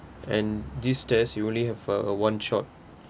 and this test you only have a one shot